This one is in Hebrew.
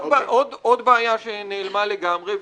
עוד בעיה שנעלמה לגמרי.